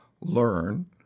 learn